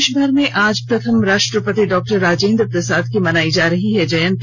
देश भर में आज प्रथम राष्ट्रपति डॉ राजेंद्र प्रसाद की मनाई जा रही है जयंती